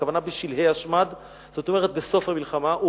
הכוונה: "בשלהי השמד", זאת אומרת בסוף המלחמה.